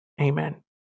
amen